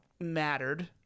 mattered